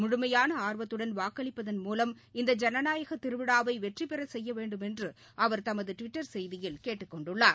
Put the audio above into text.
முழுமையானஆர்வத்துடன் வாக்களிப்பதன் மூவம் இந்த ஜனநாயகத் திருவிழாவைவெற்றிபெறச் செய்யவேண்டுமென்றுஅவர் தமதுடுவிட்டர் செய்தியில் கேட்டுக் கொண்டுள்ளார்